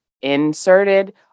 inserted